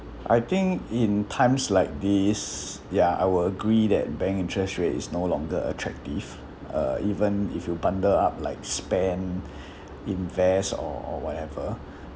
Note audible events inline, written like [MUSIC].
I think in times like this ya I will agree that bank interest rate is no longer attractive uh even if you bundled up like spend [BREATH] invest or or whatever